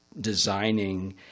designing